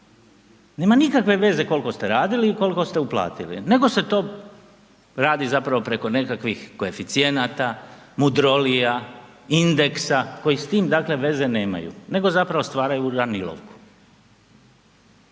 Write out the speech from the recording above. nema nikakve veze koliko ste radili i koliko ste uplatili nego se to radi zapravo preko nekakvih koeficijenata, mudrolija, indeksa koji s tim dakle veze nemaju nego zapravo stvaraju uravnilovku.